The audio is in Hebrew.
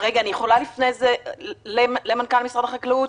אני יכולה לפני זה לפנות למנכ"ל משרד החקלאות?